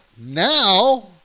now